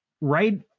right